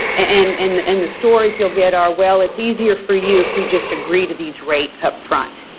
and and the and the stories you'll get are, well, it's easier for you if we just agree to these rates upfront.